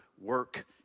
work